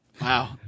Wow